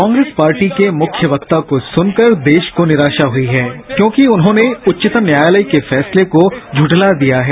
Congress party के मुख्य वक्ता को सुनकर देश को निराशा हुई है क्योंकि उन्होंने उच्चतम न्यायालय के फैसले को झुठला दिया है